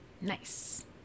Nice